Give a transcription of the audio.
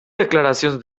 declaracions